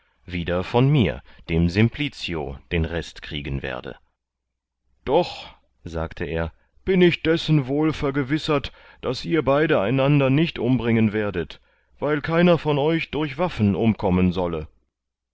wieder von mir dem simplicio den rest kriegen werde doch sagte er bin ich dessen wohl vergewissert daß ihr beide einander nicht umbringen werdet weil keiner von euch durch waffen umkommen solle